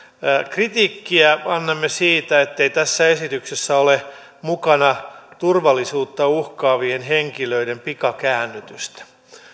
kritiikkiä annamme siitä ettei tässä esityksessä ole mukana turvallisuutta uhkaavien henkilöiden pikakäännytystä